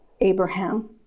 Abraham